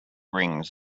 rings